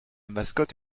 mascotte